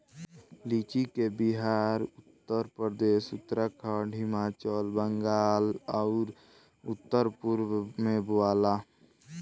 लीची के बिहार, उत्तरप्रदेश, उत्तराखंड, हिमाचल, बंगाल आउर उत्तर पूरब में बोआला